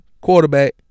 quarterback